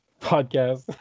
podcast